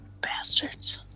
Bastards